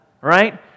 right